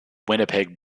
winnipeg